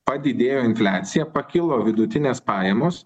padidėjo infliacija pakilo vidutinės pajamos